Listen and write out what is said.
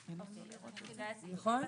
הצעת חוק הכרה באחים שכולים ובזכויותיהם,